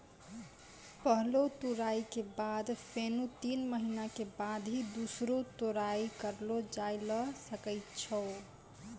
पहलो तुड़ाई के बाद फेनू तीन महीना के बाद ही दूसरो तुड़ाई करलो जाय ल सकै छो